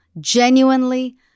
genuinely